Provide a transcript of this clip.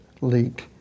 leaked